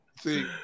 See